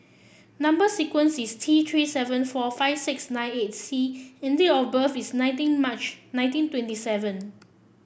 number sequence is T Three seven four five six nine eight C and date of birth is nineteen March nineteen twenty seven